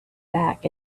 back